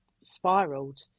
spiraled